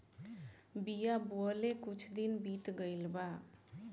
बिया बोवले कुछ दिन बीत गइल बा